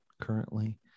currently